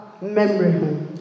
memory